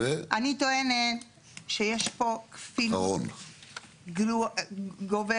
אני טוענת שיש פה כפילות גוברת.